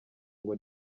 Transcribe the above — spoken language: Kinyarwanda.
ngo